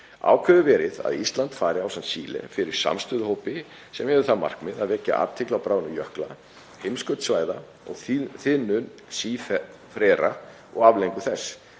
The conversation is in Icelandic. hefur verið að Ísland fari ásamt Síle fyrir samstöðuhópi sem hefur það markmið að vekja athygli á bráðnun jökla, heimskautasvæða og þiðnun sífrera og afleiðingum þess.